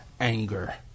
anger